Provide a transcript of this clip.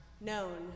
known